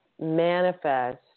manifest